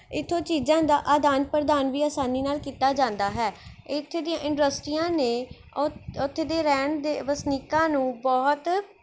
ਇੱਥੋਂ ਚੀਜ਼ਾਂ ਦਾ ਆਦਾਨ ਪ੍ਰਦਾਨ ਵੀ ਆਸਾਨੀ ਨਾਲ਼ ਕੀਤਾ ਜਾਂਦਾ ਹੈ ਇੱਥੇ ਦੀਆਂ ਇੰਡਸਟਰੀਆਂ ਨੇ ਓ ਉੱਥੇ ਦੇ ਰਹਿਣ ਦੇ ਵਸਨੀਕਾਂ ਨੂੰ ਬਹੁਤ